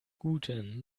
guten